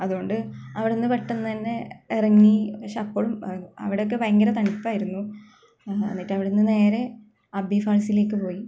അതുകൊണ്ട് അവിടെനിന്ന് പെട്ടെന്ന് തന്നെ ഇറങ്ങി പക്ഷേ അപ്പോഴും അവിടെ ഒക്കെ ഭയങ്കര തണുപ്പായിരുന്നു എന്നിട്ട് അവിടെനിന്ന് നേരെ അബ്ബി ഫാള്സിലേക്ക് പോയി